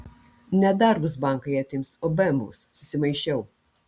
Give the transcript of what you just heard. ne darbus bankai atims o bemvus susimaišiau